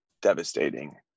devastating